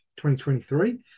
2023